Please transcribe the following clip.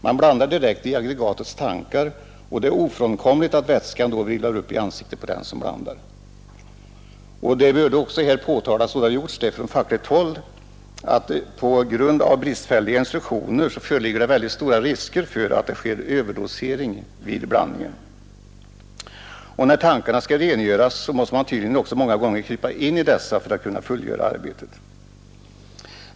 Man blandar direkt i aggregatets tankar och det är ofrånkomligt att vätskan då virvlar upp i ansiktet på den som blandar. Det bör här också påtalas — och så har även skett från fackligt håll — att det på grund av bristfälliga instruktioner föreligger stora risker för överdosering vid blandningen. När tankarna skall rengöras måste man tydligen också många gånger krypa in i dessa för att kunna fullgöra arbetet.